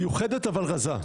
מיוחדת אבל רזה.